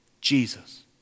Jesus